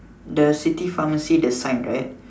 the city pharmacy the sign right